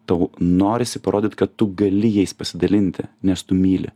tau norisi parodyt kad tu gali jais pasidalinti nes tu myli